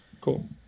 Cool